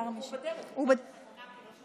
הוא בדרך.